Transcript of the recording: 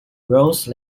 rose